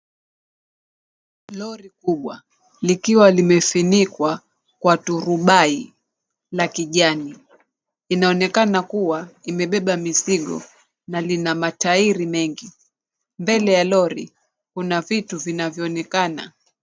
Lori kubwa likiwa limefunikwa kwa turubai la kijani. Inaoekana kuwa imebeba mizigo na lina matairi mengi. Mbele ya lori kuna vitu vinavyoonekana.